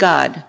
God